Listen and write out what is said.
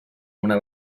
una